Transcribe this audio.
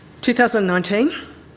2019